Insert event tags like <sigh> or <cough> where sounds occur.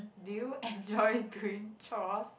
do you <laughs> enjoy doing chores